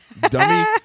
dummy